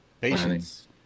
patience